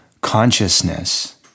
consciousness